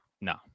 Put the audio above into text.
no